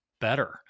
better